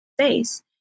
space